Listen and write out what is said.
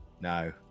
No